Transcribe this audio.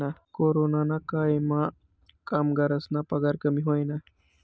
कोरोनाना कायमा कामगरस्ना पगार कमी व्हयना